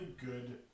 good